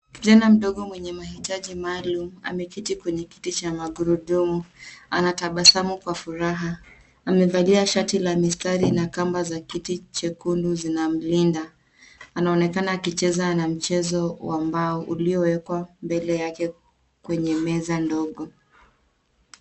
Kijana mdogo mwenye mahitaji maalum ameketi kwenye kiti cha magurudumu. Anatabasamu kwa furaha. Amevalia shati la mistari na kamba za kiti chekundu zinamlinda. Anaonekana akicheza na mchezo wa mbao uliowekwa mbele yake kwenye meza ndogo.